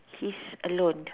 he's alone